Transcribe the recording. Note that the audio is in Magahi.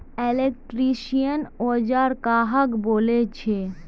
इलेक्ट्रीशियन औजार कहाक बोले छे?